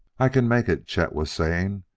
i can make it, chet was saying,